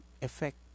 effect